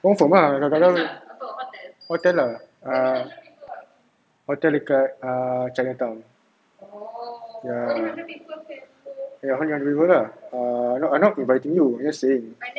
confirm ah kakak kahwin hotel dekat err chinatown ya hundred people can go lah err I not inviting you just saying